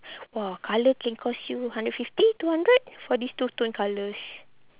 !wah! colour can cost you hundred fifty two hundred for these two tone colours